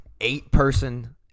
eight-person